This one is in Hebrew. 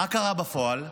מה קרה בפועל?